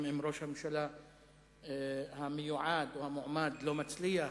אם ראש הממשלה המיועד או המועמד לא מצליח,